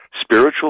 spiritual